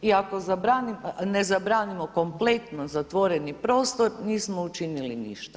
I ako ne zabranimo kompletno zatvoreni prostor nismo učinili ništa.